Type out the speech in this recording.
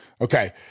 okay